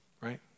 right